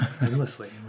endlessly